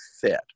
fit